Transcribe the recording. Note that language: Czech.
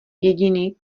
jediný